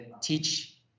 teach